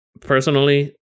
personally